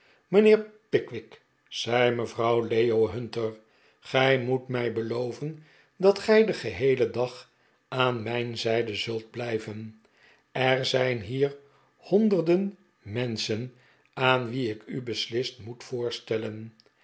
mijnheer pickwick zei mevrouw leo hunter gij moet mij beloven dat gij den geheelen dag aan mijn zijde zult blijven er zijn hier honderden menschen aan wie ik u beslist moet voorstellen